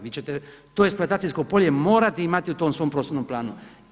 Vi ćete to eksploatacijsko polje morati imati u tom svom prostornom planu.